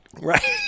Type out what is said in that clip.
Right